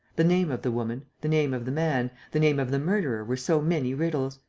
the name of the woman, the name of the man, the name of the murderer were so many riddles.